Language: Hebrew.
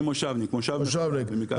אני מושבניק, מושב מחולה.